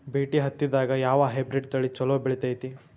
BT ಹತ್ತಿದಾಗ ಯಾವ hybrid ತಳಿ ಛಲೋ ಬೆಳಿತೈತಿ?